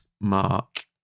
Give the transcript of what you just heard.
Mark